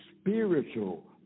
spiritual